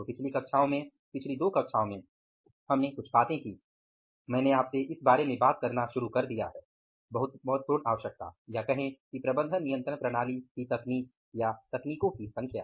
तो पिछली कक्षाओं में पिछली दो कक्षाओं में हमने कुछ बातें कीं मैंने आपसे इस बारे में बात करना शुरू कर दिया है बहुत महत्वपूर्ण आवश्यकता या कहें कि प्रबंधन नियंत्रण प्रणाली की तकनीक या तकनीकों की संख्या